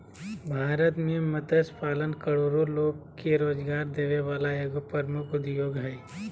भारत में मत्स्य पालन करोड़ो लोग के रोजगार देबे वला एगो प्रमुख उद्योग हइ